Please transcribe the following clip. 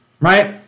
Right